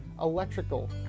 electrical